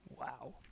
Wow